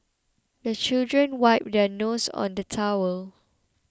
the children wipe their noses on the towel